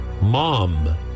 Mom